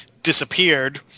disappeared